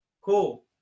cool